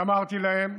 אמרתי להם,